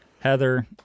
Heather